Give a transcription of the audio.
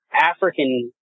African